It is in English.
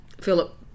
Philip